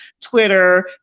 Twitter